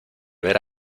ver